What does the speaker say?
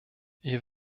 ihr